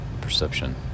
Perception